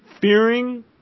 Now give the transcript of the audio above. fearing